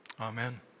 Amen